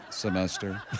semester